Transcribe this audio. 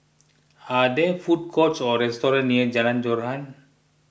are there food courts or restaurants near Jalan Joran